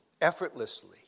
effortlessly